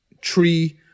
tree